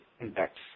index